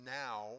now